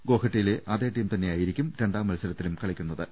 ഗോഹട്ടിയിലെ അതേ ടീം തന്നെയായിരിക്കും രണ്ടാം മത്സരത്തിലും കളിക്കുന്ന ത്